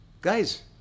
Guys